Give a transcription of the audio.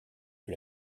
fut